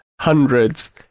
hundreds